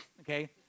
okay